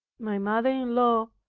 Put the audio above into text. my mother-in-law,